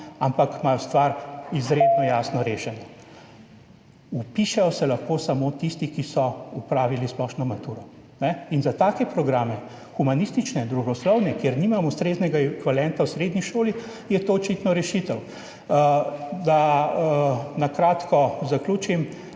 ampak imajo stvar izredno jasno rešeno. Vpišejo se lahko samo tisti, ki so opravili splošno maturo. Za take humanistične, družboslovne programe, kjer nimamo ustreznega ekvivalenta v srednji šoli, je to očitno rešitev. Da na kratko zaključim.